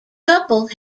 couple